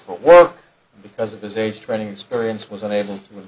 for work because of his age training experience was unable to